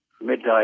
midday